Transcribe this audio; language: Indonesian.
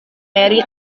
mary